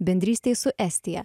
bendrystei su estija